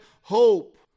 hope